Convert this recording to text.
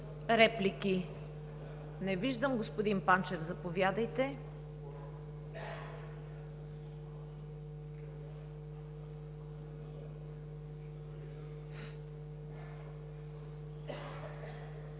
Не виждам? Господин Панчев, заповядайте.